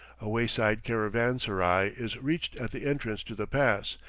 a wayside caravanserai is reached at the entrance to the pass,